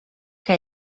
que